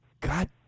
god